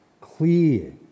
clear